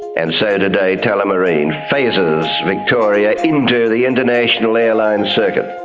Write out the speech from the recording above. and so today tullamarine phases victoria into the international airline circuit.